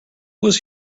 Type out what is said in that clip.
was